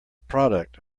product